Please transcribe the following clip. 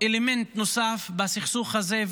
אלמנט נוסף בסכסוך הזה.